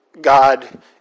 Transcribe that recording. God